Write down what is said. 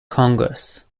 congress